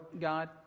God